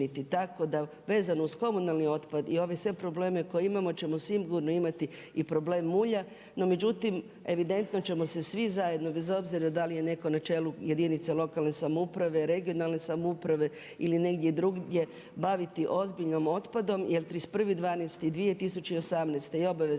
tako da vezano uz komunalni otpad i ove sve probleme koje imamo ćemo sigurno imati i problem mulja. No međutim, evidentno ćemo se svi zajedno bez obzira da li je netko na čelu jedinica lokalne samouprave, regionalne samouprave ili negdje drugdje baviti ozbiljno otpadom jer 31.12.2018. i obaveze